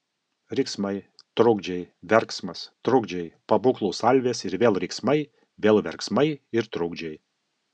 riksmai trukdžiai verksmas trukdžiai pabūklų salvės ir vėl riksmai vėl verksmai ir trukdžiai